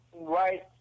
Right